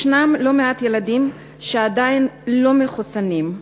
ישנם לא מעט ילדים שעדיין לא מחוסנים,